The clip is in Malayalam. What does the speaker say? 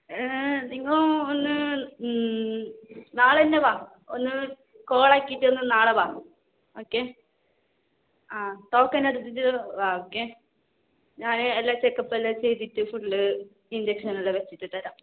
നിങ്ങൾ ഒന്ന് നാളെന്നെ വാ ഒന്ന് കോളാക്കീട്ട് ഒന്ന് നാളെ വാ ഓക്കേ ആ ടോക്കണെടുത്തിട്ട് വാ ഓക്കേ ഞാനെല്ലാം ചെക്കപ്പുമെല്ലാം ചെയ്തിട്ട് ഫുള്ള് ഇഞ്ചക്ഷനെല്ലാം വെച്ചിട്ട് തരാം